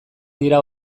dira